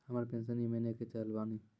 हमर पेंशन ई महीने के चढ़लऽ बानी?